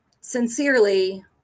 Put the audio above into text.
sincerely